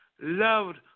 loved